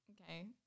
okay